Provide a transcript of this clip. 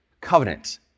covenant